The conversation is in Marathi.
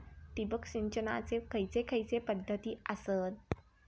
ठिबक सिंचनाचे खैयचे खैयचे पध्दती आसत?